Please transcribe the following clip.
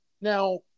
Now